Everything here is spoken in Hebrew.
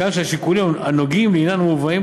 מכאן שהשיקולים הנוגעים לעניין מובאים